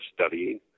studying